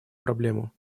проблему